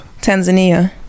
Tanzania